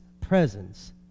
presence